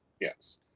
Yes